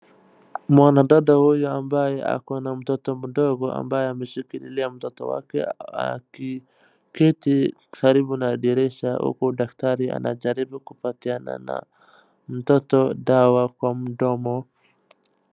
Mwanadada huyu ambaye ako na mtoto mdogo ambaye ameshikililia mtoto wake akiketi karibu na dirisha huku daktari akijaribu kupatiana na mtoto dawa kwa mdomo.